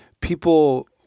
people